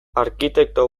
arkitekto